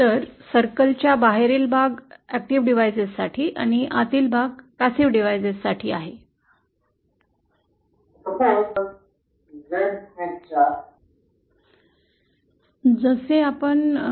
तर हे सर्व सक्रिय डिव्हाइसशी संबंधित आहे आणि हे सर्व निष्क्रिय उपकरणांशी संबंधित आहे